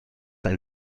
ein